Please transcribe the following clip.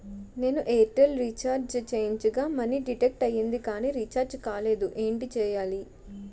నేను Airtel recharge చేయించగా money deduct అయ్యింది కానీ రీఛార్జ్ కాలేదు ఏంటి చేయాలి?